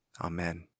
Amen